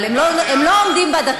אבל הם לא עומדים בדקה.